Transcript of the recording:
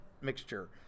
mixture